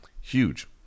huge